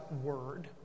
word